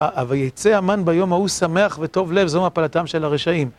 אבל יצא אמן ביום ההוא שמח וטוב לב, זו מפלטם של הרשאים.